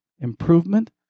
improvement